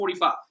45